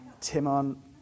Timon